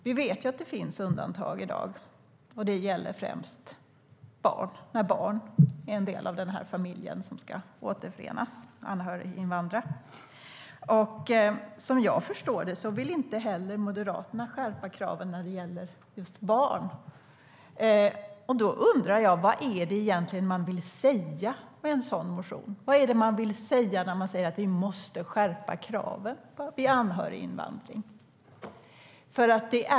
Vi vet att det finns undantag i dag, och de gäller främst när barn är en del av den familj som ska återförenas och anhöriginvandra. Som jag förstår det vill Moderaterna inte heller skärpa kraven när det gäller just barn. Då undrar jag vad det egentligen är man vill säga med en sådan motion. Vad är det man menar när man säger att vi måste skärpa kraven vid anhöriginvandring?